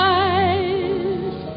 eyes